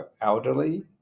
elderly